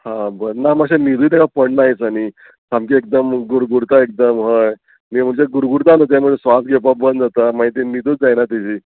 हां बरें ना मातशें न्हिदूच तेका पडलां ये दिसांनी सामकी एकदम गुरगुर्ता एकदम हय न्ही म्हणजे गुरगुर्ता न्हू तें म्हणजे स्वास घेवपाक बंद जाता मागीर तें न्हिदूच जायना तेजी